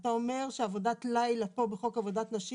אתה אומר שעבודת לילה פה בחוק עבודת נשים